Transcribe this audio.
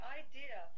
idea